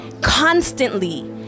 constantly